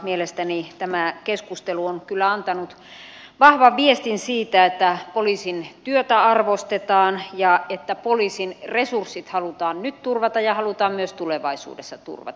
mielestäni tämä keskustelu on kyllä antanut vahvan viestin siitä että poliisin työtä arvostetaan ja että poliisin resurssit halutaan nyt turvata ja halutaan myös tulevaisuudessa turvata